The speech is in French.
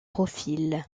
profil